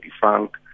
defunct